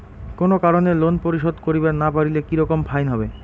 কোনো কারণে লোন পরিশোধ করিবার না পারিলে কি রকম ফাইন হবে?